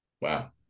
Wow